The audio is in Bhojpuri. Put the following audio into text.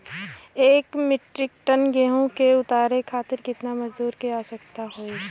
एक मिट्रीक टन गेहूँ के उतारे खातीर कितना मजदूर क आवश्यकता होई?